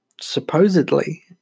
supposedly